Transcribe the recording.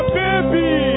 baby